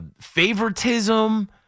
favoritism